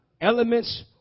Elements